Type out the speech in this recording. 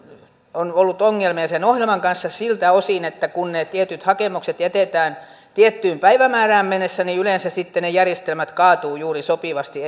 on ollut ongelmia niiden ohjelmien kanssa siltä osin että kun ne tietyt hakemukset jätetään tiettyyn päivämäärään mennessä niin yleensä sitten ne järjestelmät kaatuvat juuri sopivasti